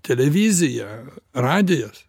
televizija radijas